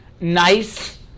nice